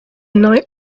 night